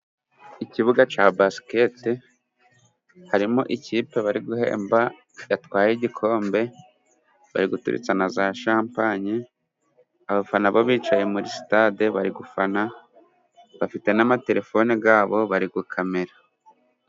Ikibuga cya Basikete harimo ikipe bari guhemba yatwaye igikombe, bari guturitsa na za Shampanye, abafana bo bicaye muri sitade bari gufana, bafite n'amaterefone yabo bari gukamera.